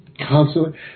constantly